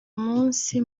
munsi